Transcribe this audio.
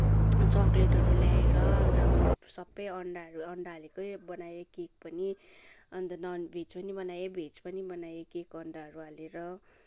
चकलेटहरू ल्याएर अन्त सबै अन्डाहरू अन्डा हालेकै बनाएँ केक पनि अन्त नन भेज पनि बनाएँ भेज पनि बनाएँ केक अन्डाहरू हालेर